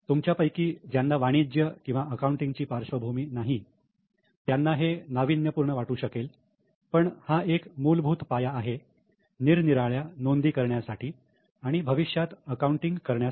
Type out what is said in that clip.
तुमच्यापैकी ज्यांना वाणिज्य किंवा अकाउंटिंगची पार्श्वभूमी नाही त्यांना हे नाविन्यपूर्ण वाटू शकेल पण हा एक मूलभूत पाया आहे निरनिराळ्या नोंदी करण्यासाठी आणि भविष्यात अकाउंटिंग करण्यासाठी